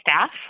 staff